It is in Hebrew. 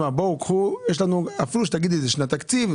אפילו שתגידי שזו שנת תקציב,